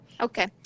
Okay